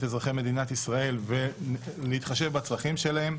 אזרחי מדינת ישראל ונתחשב בצרכים שלהם.